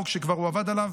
חוק שהוא כבר עבד עליו